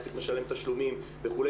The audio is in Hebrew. עסק משלם תשלומים וכו',